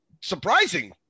surprising